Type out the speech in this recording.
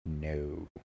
No